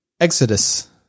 Exodus